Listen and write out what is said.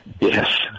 Yes